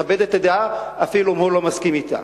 ויכבד את הדעה גם אם הוא לא מסכים אתה.